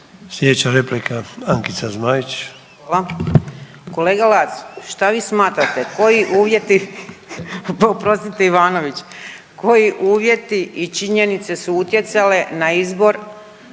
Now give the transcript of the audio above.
Slijedeća replika Ankica Zmaić.